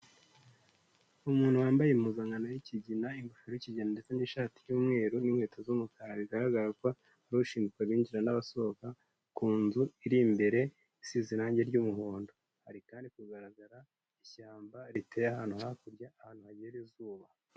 Umuntu wambaye impuzankano y'ikigina, ingofero y'ikigina ndetse n'ishati y'umweru n'inkweto z'umukara, bigaragara ko ari ushinjzwe abinjira n'abasohoka, ku nzu iri imbere isize irangi ry'umuhondo, hari kandi kugaragara ishyamba riteye ahantu hakurya, ahantu hagera izuba.